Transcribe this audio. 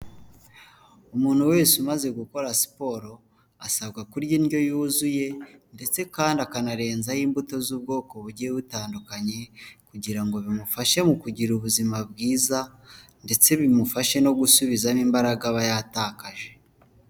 Umuntu wese umaze gukora siporo, asabwa kurya indyo yuzuye ndetse kandi akanarenzaho imbuto z'ubwoko bugiye butandukanye kugira ngo bimufashe mu kugira ubuzima bwiza ndetse bimufashe no gusubizamo imbaraga aba yatakaje.